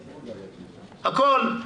הכול,